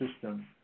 system